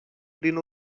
prin